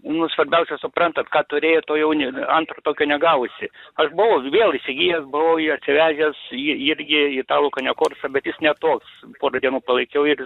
nu svarbiausia suprantat ką turėjai to jau ne antro tokio negausi aš buvau vėl įsigijęs buvau jį atsivežęs jį irgi italų kanekorsą bet jis ne toks pora dienų palaikiau ir